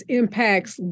impacts